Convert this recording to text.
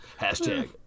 Hashtag